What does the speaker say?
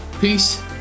Peace